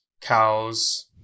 cows